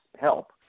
help